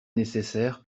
nécessaire